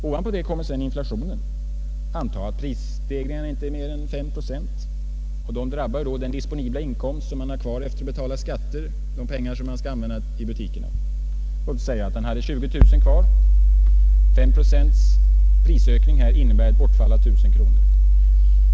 Ovanpå detta kommer sedan inflationen. Anta att prisstegringen inte är mer än 5 procent. Den drabbar den inkomst som han har disponibel efter att ha betalat skatt, dvs. de pengar som han skall använda i butikerna. Låt oss säga att han har 20 000 kronor kvar efter skatt. En prisökning med 5 procent innebär då ett bortfall av 1 000 kronor.